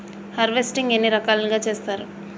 Harvesting ఎన్ని రకాలుగా చేస్తరు?